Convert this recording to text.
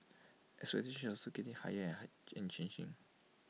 expectations are also getting higher and changing